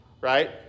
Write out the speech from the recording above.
right